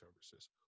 services